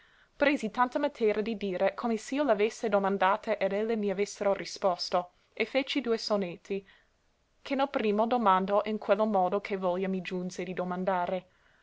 presi tanta matera di dire come s'io l'avesse domandate ed elle m'avessero risposto e feci due sonetti che nel primo domando in quello modo che voglia mi giunse di domandare